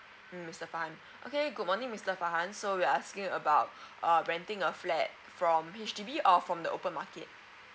mm mister farhan okay good morning mister farhan so you're asking about err renting a flat from H_D _B or from the open market